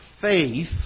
faith